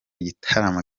igitaramo